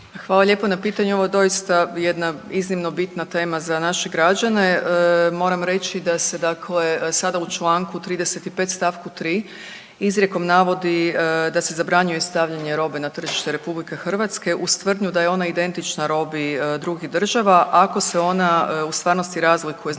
Hvala lijepo na pitanju. Ovo je doista jedna iznimno bitna tema za naše građane. Moram reći da se dakle sada u čl. 35. st. 3. izrijekom navodi da se zabranjuje stavljanje robe na tržište RH uz tvrdnju da je ona identična robi drugih država ako se ona u stvarnosti razlikuje, značajno